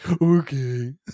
Okay